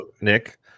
Nick